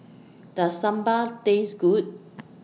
Does Sambar Taste Good